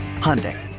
Hyundai